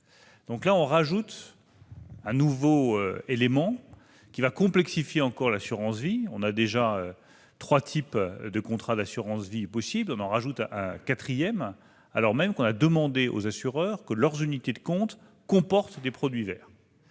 Ainsi, on ajoute un nouvel élément, qui va complexifier encore l'assurance vie. Il existe déjà trois types de contrats d'assurance vie ; on en créerait un autre, alors même que l'on a demandé aux assureurs que leurs unités de compte comportent des produits verts.